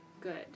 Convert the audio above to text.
good